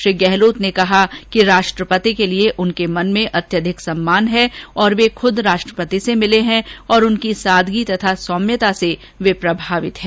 श्री गहलोत ने कहा कि राष्ट्रपति के लिये उनके मन में अत्यधिक सम्मान है और वे खुद राष्ट्रपति से मिले है और उनकी सादगी और सौम्यता से वे प्रभावित है